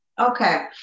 Okay